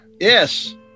Yes